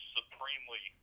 supremely